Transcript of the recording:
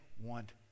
want